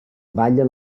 balla